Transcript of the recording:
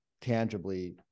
tangibly